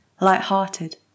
light-hearted